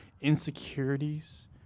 insecurities